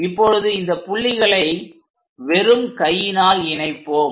இப்பொழுது இந்த புள்ளிகளை வெறும் கையினால் இணைப்போம்